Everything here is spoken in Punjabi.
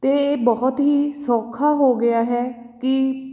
ਅਤੇ ਇਹ ਬਹੁਤ ਹੀ ਸੌਖਾ ਹੋ ਗਿਆ ਹੈ ਕਿ